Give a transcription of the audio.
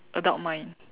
adult mind